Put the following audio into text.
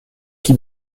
qui